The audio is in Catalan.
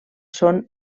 són